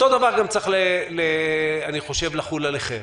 אותו הדבר גם צריך לחול עליכם.